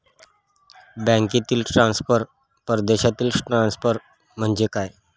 बँकांतील ट्रान्सफर, परदेशातील ट्रान्सफर म्हणजे काय?